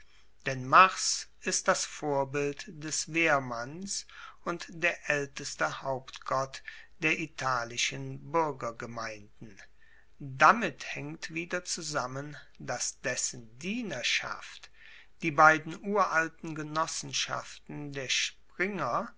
denn mars ist das vorbild des wehrmanns und der aelteste hauptgott der italischen buergergemeinden damit haengt weiter zusammen dass dessen dienerschaft die beiden uralten genossenschaften der springer